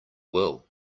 will